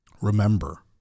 Remember